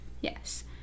Yes